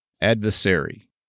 adversary